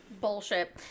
bullshit